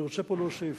אני רוצה פה להוסיף